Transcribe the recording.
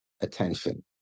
attention